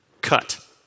cut